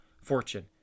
fortune